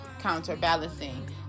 counterbalancing